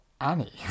Annie